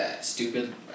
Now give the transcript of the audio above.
stupid